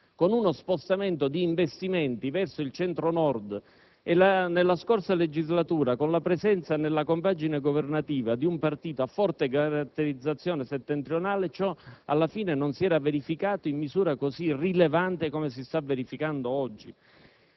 vede uno spostamento di investimenti verso il Centro-Nord e faccio presente che, nella scorsa legislatura, con la presenza nella compagine governativa di un partito a forte caratterizzazione settentrionale, ciò alla fine non si era verificato nella misura così rilevante con cui si sta manifestando oggi.